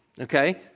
okay